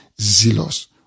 zealous